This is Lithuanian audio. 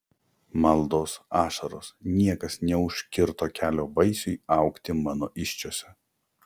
maldos ašaros niekas neužkirto kelio vaisiui augti mano įsčiose